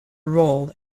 role